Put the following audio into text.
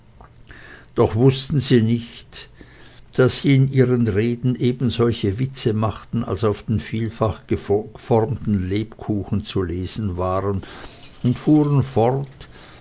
doch wußten sie nicht daß sie in ihren reden ebensolche witze machten als auf den vielfach geformten lebkuchen zu lesen waren und fahren fort